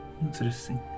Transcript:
Interesting